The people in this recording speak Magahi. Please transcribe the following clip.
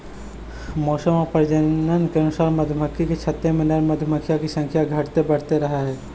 मौसम और प्रजनन के अनुसार मधुमक्खी के छत्ते में नर मधुमक्खियों की संख्या घटते बढ़ते रहअ हई